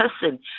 person